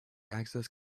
access